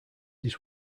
his